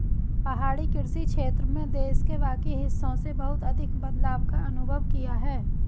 पहाड़ी कृषि क्षेत्र में देश के बाकी हिस्सों से बहुत अधिक बदलाव का अनुभव किया है